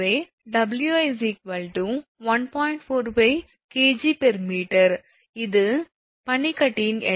45 𝐾𝑔𝑚 இது பனிக்கட்டியின் எடை